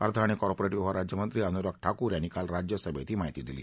अर्थ आणि कॉर्पोरेट व्यवहार राज्यमंत्री अनुराग ठाकूर यांनी काल राज्यसभेत ही माहिती दिली